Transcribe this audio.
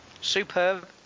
Superb